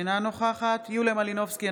אינה נוכחת יוליה מלינובסקי,